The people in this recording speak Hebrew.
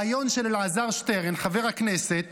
האמת היא שאני לא מצליח להבין איך לפיד מצליח לחבר מילים כאלה למשפט